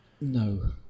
No